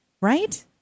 Right